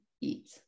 eat